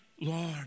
Lord